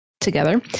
together